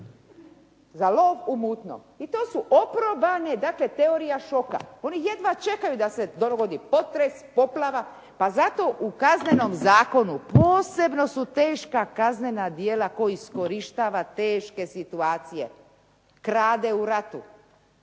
za lov u mutnom. Dakle teorija šoka. Oni jedva čekaju da se dogodi potres, poplava pa zato u Kaznenom zakonu posebno su teška kaznena djela tko iskorištava teške situacije, krade u ratu,